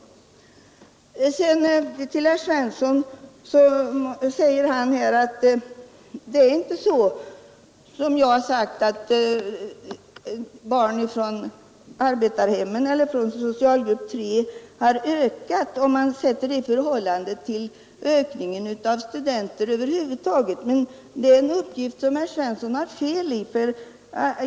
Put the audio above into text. Herr Svensson i Malmö påstår att det inte förhåller sig så som jag har sagt, att antalet studerande från socialgrupp 3 har ökat i förhållande till antalet studenter över huvud taget.